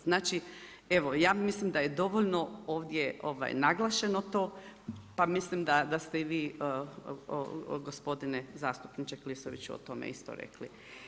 Znači, evo ja mislim da je dovoljno ovdje naglašeno to pa mislim da ste i vi gospodine zastupniče Klisoviću o tome isto rekli.